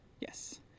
yes